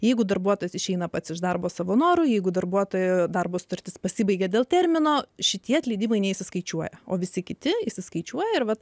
jeigu darbuotojas išeina pats iš darbo savo noru jeigu darbuotojo darbo sutartis pasibaigia dėl termino šitie atleidimai neišsiskaičiuoja o visi kiti išsiskaičiuoja ir vat